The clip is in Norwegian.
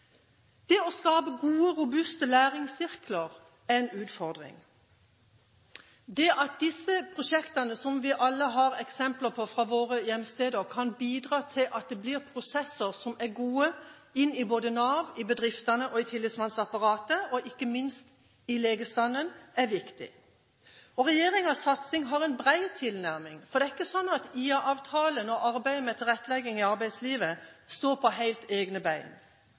Det å skape gode, robuste læringssirkler er en utfordring. Det at disse prosjektene, som vi alle har eksempler på fra våre hjemsteder, kan bidra til gode prosesser både i NAV, i bedriftene og i tillitsmannsapparatet, og ikke minst i legestanden, er viktig. Regjeringens satsing har en bred tilnærming. Det er ikke sånn at IA-avtalen og arbeidet med tilrettelegging i arbeidslivet står på helt egne